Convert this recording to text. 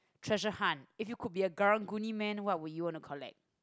treasure hunt if you could be a karang-guni man what would you wanna collect